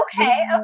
okay